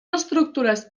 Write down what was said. estructures